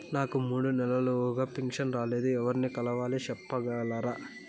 నాకు మూడు నెలలుగా పెన్షన్ రాలేదు ఎవర్ని కలవాలి సెప్పగలరా?